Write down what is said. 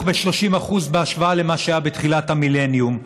ב-30% בהשוואה למה שהיה בתחילת המילניום.